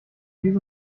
diese